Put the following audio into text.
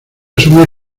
asumir